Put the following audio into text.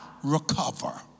recover